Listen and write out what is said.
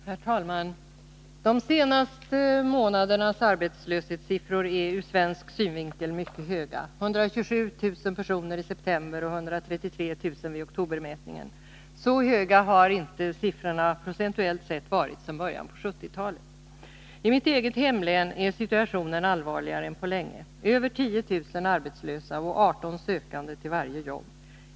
Herr talman! De senaste månadernas arbetslöshetssiffror är ur svensk synvinkel mycket höga, 127000 personer i september och 133 000 vid oktobermätningen. Så höga har inte siffrorna procentuellt sett varit sedan början på 70-talet. z z I mitt eget hemlän är situationen allvarligare än på länge: över 10 000 arbetslösa och 18 sökande till varje jobb.